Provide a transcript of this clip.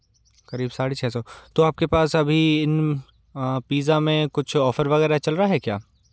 करीब साढ़े छः सौ तो आपके पास अभी इन पीज़्ज़ा में कुछ ऑफ़र वगैरह चल रहा है क्या